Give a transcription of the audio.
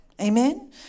amen